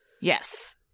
Yes